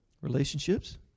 Relationships